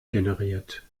generiert